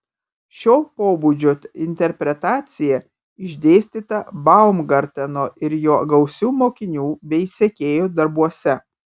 šio pobūdžio interpretacija išdėstyta baumgarteno ir jo gausių mokinių bei sekėjų darbuose